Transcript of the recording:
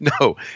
No